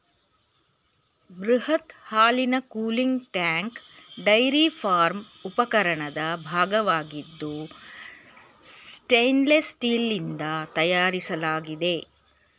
ಬೃಹತ್ ಹಾಲಿನ cooling tank dairy farm ಉಪಕರಣದ ಭಾಗವಾಗಿದ್ದು ಸ್ಟೇನ್ಲೆಸ್ ಸ್ಟೀಲ್ನಿಂದ ತಯಾರಿಸಲಾಗ್ತದೆ